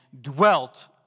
dwelt